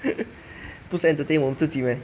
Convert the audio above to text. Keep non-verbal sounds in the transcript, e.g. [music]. [laughs] 不是 entertain 我们自己 meh